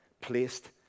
placed